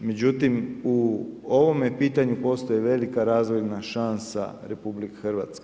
Međutim, u ovome pitanju postoji velika razvojna šansa RH.